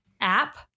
app